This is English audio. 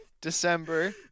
December